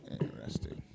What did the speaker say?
Interesting